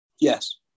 Yes